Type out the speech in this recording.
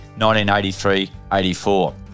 1983-84